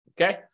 okay